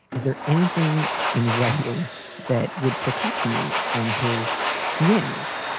is there anything in writing that would protect me from his whims?